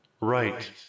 Right